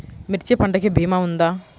మిర్చి పంటకి భీమా ఉందా?